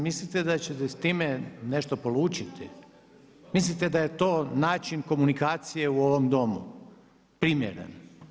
Mislite da ćete s time nešto polučiti, mislite da je to način komunikacije u ovom Domu primjeren?